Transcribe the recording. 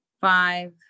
five